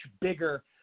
bigger